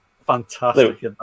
fantastic